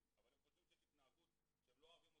אבל הם חושבים שיש התנהגות במעון שהם לא אוהבים,